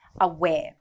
aware